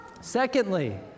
Secondly